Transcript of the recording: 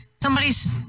Somebody's